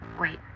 wait